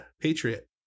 Patriot